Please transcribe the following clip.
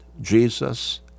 Jesus